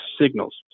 signals